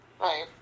Right